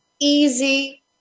easy